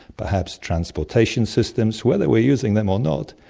perhaps transportation systems, whether we're using them or not,